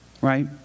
right